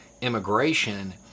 Immigration